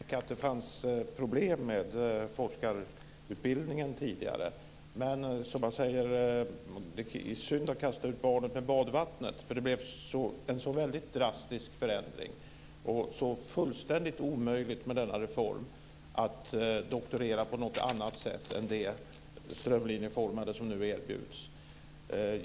Fru talman! Det är ingen som har förnekat att det fanns problem med forskarutbildningen tidigare. Men, som man säger, det är synd att kasta ut barnet med badvattnet, för det blev en så drastisk förändring och så fullständigt omöjligt att efter denna reform doktorera på något annat sätt än det strömlinjeformade sätt som nu erbjuds.